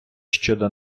щодо